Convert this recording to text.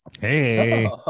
Hey